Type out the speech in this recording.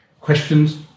questions